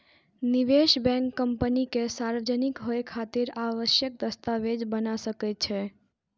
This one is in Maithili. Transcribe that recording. निवेश बैंक कंपनी के सार्वजनिक होइ खातिर आवश्यक दस्तावेज बना सकै छै